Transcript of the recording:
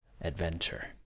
adventure